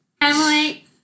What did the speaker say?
Emily